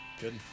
good